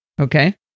okay